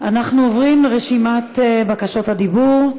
אנחנו עוברים לרשימת בקשות הדיבור.